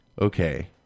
okay